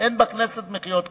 מחיאות כפיים.